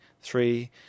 three